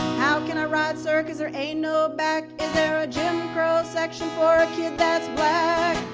how can i ride, sir, cause there ain't no back, is there a jim crow section for a kid that's black?